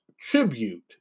tribute